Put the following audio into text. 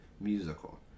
musical